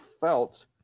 felt